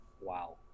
Wow